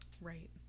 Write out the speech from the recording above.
Right